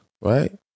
Right